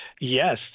Yes